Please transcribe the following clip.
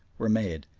were made,